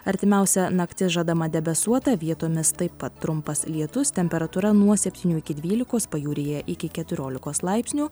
artimiausia naktis žadama debesuota vietomis taip pat trumpas lietus temperatūra nuo septynių iki dvylikos pajūryje iki keturiolikos laipsnių